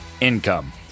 Income